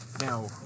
Now